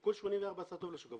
תיקון 84 עשה טוב לשוק,